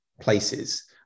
places